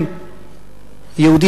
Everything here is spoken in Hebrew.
נחרץ?